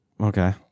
Okay